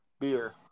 beer